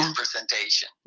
presentation